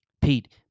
Pete